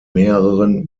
mehreren